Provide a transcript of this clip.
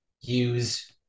use